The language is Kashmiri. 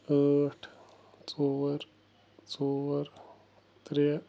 ٲٹھ ژور ژور ترٛےٚ